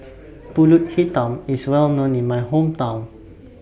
Pulut Hitam IS Well known in My Hometown